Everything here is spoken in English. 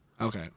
Okay